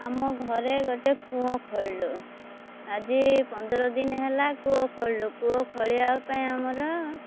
ଆମ ଘରେ ଗୋଟେ କୂଅ ଖୋଳିଳୁ ଆଜି ପନ୍ଦର ଦିନ ହେଲା କୂଅ ଖୋଳିଳୁ କୂଅ ଖୋଳିବା ପାଇଁ ଆମର